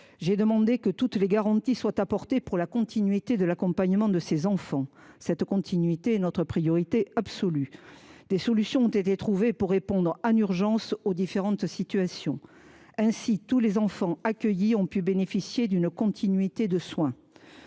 J’ai demandé que toutes les garanties soient apportées pour la continuité de l’accompagnement de ces enfants. Cette continuité est notre priorité absolue. Des solutions ont été trouvées pour répondre en urgence aux différentes situations. Ainsi, tous les enfants accueillis ont pu bénéficier d’une continuité de soins.